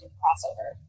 crossover